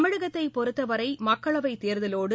தமிழகத்தைப் பொறுத்தவரை மக்களவைத் தேர்தலோடு